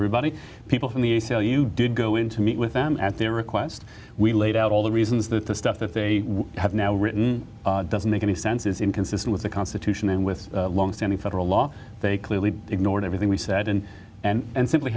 everybody people from the a c l u did go in to meet with them at their request we laid out all the reasons that the stuff that they have now written doesn't make any sense is inconsistent with the constitution and with longstanding federal law they clearly ignored everything we said and and simply